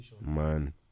man